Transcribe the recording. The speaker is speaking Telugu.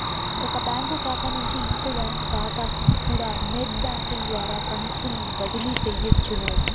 ఒక బ్యాంకు కాతా నుంచి ఇంకో బ్యాంకు కాతాకికూడా నెట్ బ్యేంకింగ్ ద్వారా ఫండ్సుని బదిలీ సెయ్యొచ్చును